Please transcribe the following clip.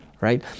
right